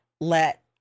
let